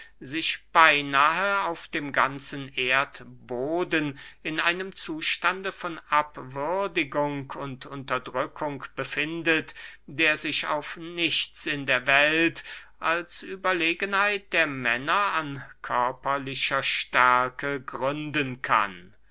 sich beynahe auf dem ganzen erdboden in einem zustande von abwürdigung und unterdrückung befindet der sich auf nichts in der welt als überlegenheit der männer an körperlicher stärke gründen kann